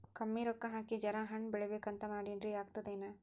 ಕಮ್ಮಿ ರೊಕ್ಕ ಹಾಕಿ ಜರಾ ಹಣ್ ಬೆಳಿಬೇಕಂತ ಮಾಡಿನ್ರಿ, ಆಗ್ತದೇನ?